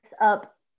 up